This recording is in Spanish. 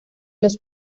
los